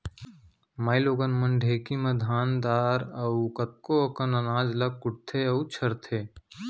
माइलोगन मन ढेंकी म धान दार अउ कतको अकन अनाज ल कुटथें अउ छरथें